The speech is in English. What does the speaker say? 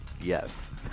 Yes